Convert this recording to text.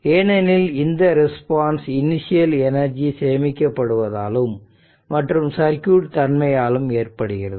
ஏனெனில் இந்த response initial energy சேமிக்கப்படுவதாலும் மற்றும் சர்க்யூட் தன்மையாலும் ஏற்படுகிறது